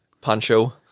Pancho